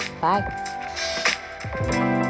Bye